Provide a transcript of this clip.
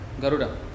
Garuda